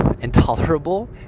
intolerable